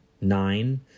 Nine